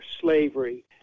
slavery